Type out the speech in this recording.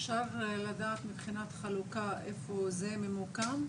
אפשר לדעת מבחינת חלוקה איפה זה ממוקם?